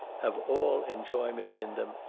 have all enjoyment in them,